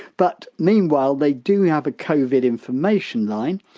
but meanwhile they do have a covid information line,